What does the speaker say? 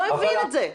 לא הבין את זה.